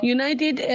United